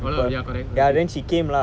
all the correct ragesh